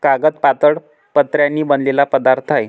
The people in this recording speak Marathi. कागद पातळ पत्र्यांनी बनलेला पदार्थ आहे